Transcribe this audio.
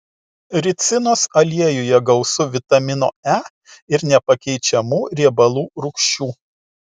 ricinos aliejuje gausu vitamino e ir nepakeičiamų riebalų rūgščių